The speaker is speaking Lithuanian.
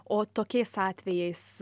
o tokiais atvejais